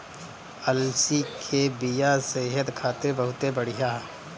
अलसी के बिया सेहत खातिर बहुते बढ़िया ह